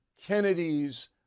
Kennedy's